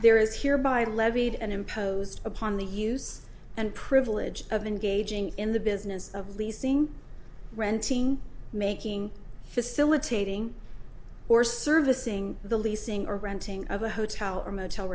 there is hereby levied and imposed upon the use and privilege of engaging in the business of leasing renting making facilitating or servicing the leasing or renting of a hotel or motel